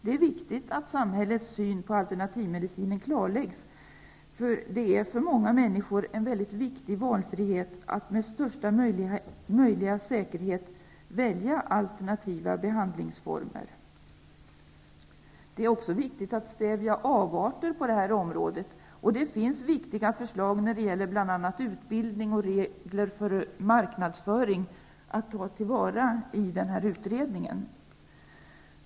Det är viktigt att samhällets syn på alternativmedicinen klarläggs. Det är för många människor en mycket viktig valfrihet att med största möjliga säkerhet välja alternativa behandlingsformer. Det är också viktigt att stävja avarter på detta område. Det finns viktiga förslag när det gäller bl.a. utbildning och regler för marknadsföring att ta till vara i denna utredning.